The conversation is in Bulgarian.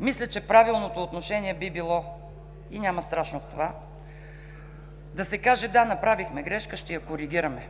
Мисля, че правилното отношение би било – няма страшно в това, да се каже: „Да, направихме грешка, ще я коригираме“,